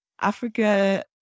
Africa